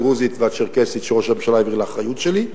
הדרוזית והצ'רקסית שראש הממשלה העביר לאחריות שלי,